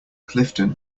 clifton